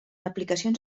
aplicacions